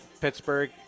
Pittsburgh